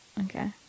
Okay